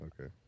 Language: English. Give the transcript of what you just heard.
Okay